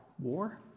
War